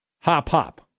hop-hop